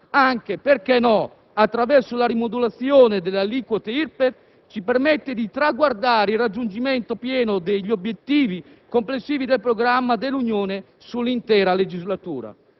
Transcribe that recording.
anche, perché no, attraverso la rimodulazione delle aliquote IRPEF - ci permette di traguardare il raggiungimento pieno degli obiettivi complessivi del programma dell'Unione sull'intera legislatura.